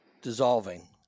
dissolving